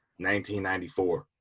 1994